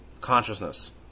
consciousness